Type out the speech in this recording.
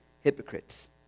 hypocrites